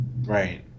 Right